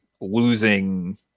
losing